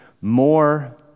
more